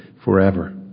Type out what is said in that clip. forever